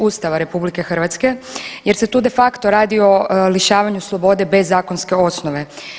Ustava Republike Hrvatske jer se tu de facto radi o lišavanju slobode bez zakonske osnove.